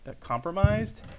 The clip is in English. compromised